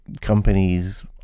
companies